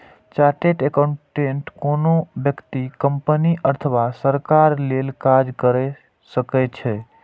chartered accountant कोनो व्यक्ति, company अथवा सरकार लेल काज कैर सकै छै